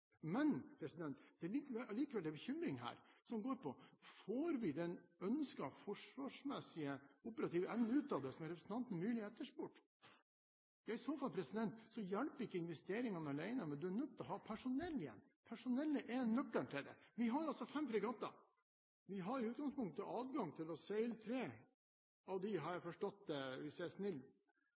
Men det er allikevel en bekymring her som går på om vi får den ønskede forsvarsmessige operative evnen utad – det som representanten Myrli etterspurte. I så fall hjelper ikke investeringer alene; en er nødt til å ha personell. Personellet er nøkkelen her. Vi har altså fem fregatter. Vi har i utgangspunktet adgang til å seile tre av disse samtidig, slik jeg har forstått det – hvis jeg er snill.